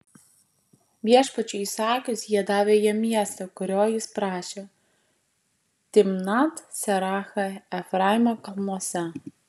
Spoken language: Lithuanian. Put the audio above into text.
viešpačiui įsakius jie davė jam miestą kurio jis prašė timnat serachą efraimo kalnuose